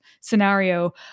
scenario